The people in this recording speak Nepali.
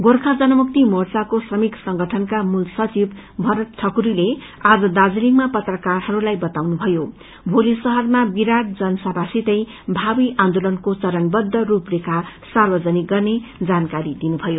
गोर्खा जनमुक्ति मोर्चाको श्रमिकसंगठनका मूल सचिव भरत ठकुरीले आज दार्जीलिङमा पत्रकारहरूलाई बताउनुभयो भोली शहरमा विराट जनसभासिते भवी आन्दोलनको चरणबद्द सरूपरेखा सार्वजनिक गर्ने जानकारी दिनुमयो